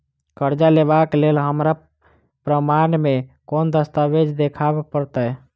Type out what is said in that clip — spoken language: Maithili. करजा लेबाक लेल हमरा प्रमाण मेँ कोन दस्तावेज देखाबऽ पड़तै?